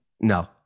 No